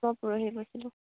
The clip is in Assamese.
মই পৰহি বাকিলোঁ